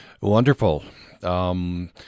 Wonderful